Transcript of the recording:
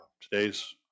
today's